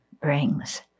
brings